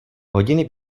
hodiny